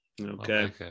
Okay